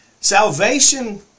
Salvation